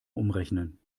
umrechnen